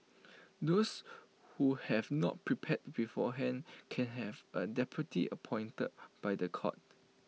those who have not prepared beforehand can have A deputy appointed by The Court